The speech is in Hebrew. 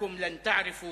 שלעולם לא תדעו/